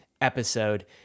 episode